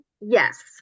yes